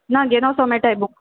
ना घेन वोसो मेळटाय बूक